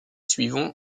suivant